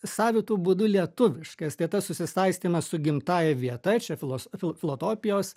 savitu būdu lietuviškas tai tas susisaistymas su gimtąja vieta ir čia filos fil filotopijos